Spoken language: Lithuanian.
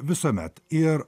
visuomet ir